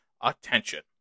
attention